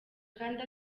kandi